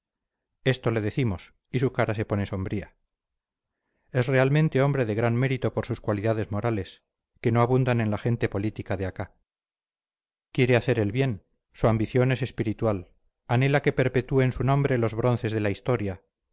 esto le decimos y su cara se pone sombría es realmente hombre de gran mérito por sus cualidades morales que no abundan en la gente política de acá quiere hacer el bien su ambición es espiritual anhela que perpetúen su nombre los bronces de la historia